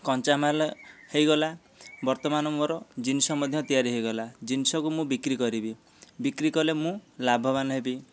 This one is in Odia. କଞ୍ଚାମାଲ ହୋଇଗଲା ବର୍ତ୍ତମାନ ମୋର ଜିନିଷ ମଧ୍ୟ ତିଆରି ହୋଇଗଲା ଜିନିଷକୁ ମୁଁ ବିକ୍ରି କରିବି ବିକ୍ରି କଲେ ମୁଁ ଲାଭବାନ ହେବି